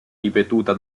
ripetuta